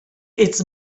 its